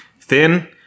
thin